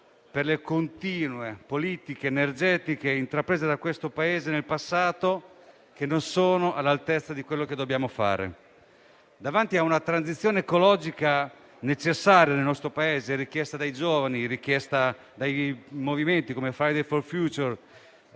per le continue politiche energetiche intraprese da questo Paese nel passato che non sono all'altezza di quanto dobbiamo fare. Davanti a una transizione ecologica necessaria nel nostro Paese, richiesta dai giovani e dai movimenti come Fridays for Future,